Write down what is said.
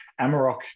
Amarok